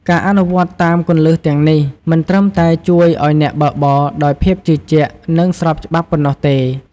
ការអនុវត្តតាមគន្លឹះទាំងនេះ មិនត្រឹមតែជួយអ្នកឲ្យបើកបរដោយភាពជឿជាក់ និងស្របច្បាប់ប៉ុណ្ណោះទេ។